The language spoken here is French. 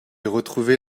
retrouvais